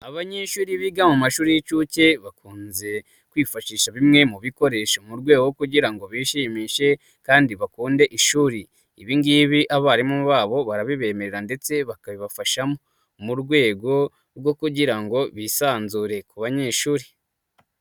Abanyeshuri biga mu mashuri y'incuke, bakunze kwifashisha bimwe mu bikoresho, mu rwego kugira ngo bishimishe kandi bakunde ishuri. Ibingibi abarimu babo barabibemerera ndetse bakabibafasha, mu rwego rwo kugira ngo bisanzure ku banyeshuri.